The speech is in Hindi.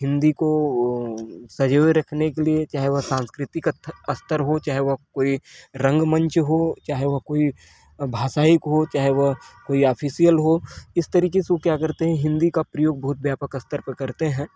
हिंदी को अ संजोए रखने के लिए चाहे वह सांस्कृतिक स्तर हो चाहे वह कोई रंग मंच हो चाहे वह कोई भाषायिक हो चाहे वह कोई ऑफिशियल हो इस तरीके से वो क्या करते हैं हिंदी का प्रयोग बहुत व्यापक स्तर पर करते हैं